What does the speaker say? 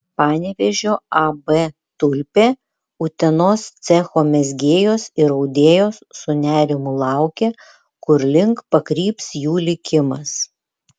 panevėžio ab tulpė utenos cecho mezgėjos ir audėjos su nerimu laukė kurlink pakryps jų likimas